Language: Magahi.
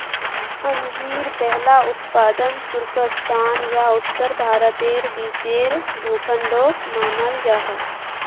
अंजीर पहला उत्पादन तुर्किस्तान या उत्तर भारतेर बीचेर भूखंडोक मानाल जाहा